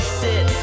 sit